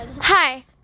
Hi